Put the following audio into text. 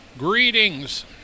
Greetings